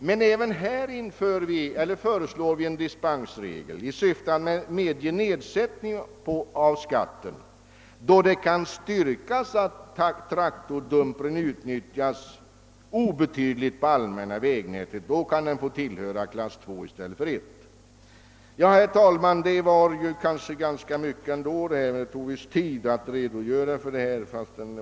Men även här föreslår vi en dispensregel i syfte att medge nedsättning av skatten. Då det kan styrkas att traktordumprarna utnyttjas i obetydlig utsträckning på det allmänna vägnätet skall de kunna hänföras till klass II i stället för klass I. Ja, herr talman, mitt anförande blev visst ändå ganska långt. Min redogörelse tog litet tid, fastän jag försökt göra den kortfattad.